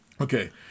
Okay